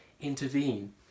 intervene